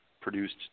produced